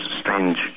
strange